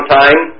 time